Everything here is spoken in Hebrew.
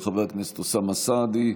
של חבר הכנסת אוסאמה סעדי,